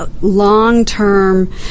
long-term